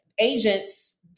agents